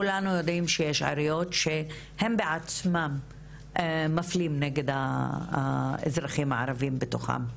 כולנו יודעים שיש עיריות שהן בעצמן מפלים נגד האזרחים הערביים בתוכם.